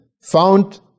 found